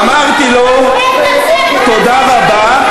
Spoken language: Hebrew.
אמרתי לו: תודה רבה.